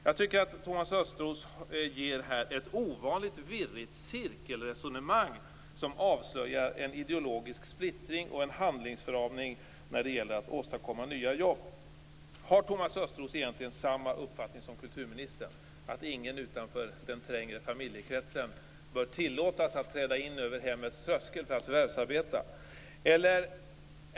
Jag tycker att Thomas Östros här för ett ovanligt virrigt cirkelresonemang som avslöjar en ideologisk splittring och en handlingsförlamning när det gäller att åstadkomma nya jobb. Har Thomas Östros egentligen samma uppfattning som kulturministern, nämligen att ingen utanför den trängre familjekretsen bör tillåtas att träda in över hemmets tröskel för att förvärvsarbeta?